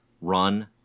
run